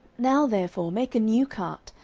now therefore make a new cart,